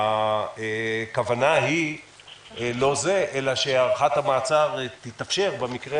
הכוונה היא לא זו אלא שהארכת המעצר תתאפשר במקרה